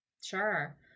sure